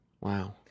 Wow